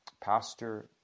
pastor